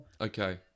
okay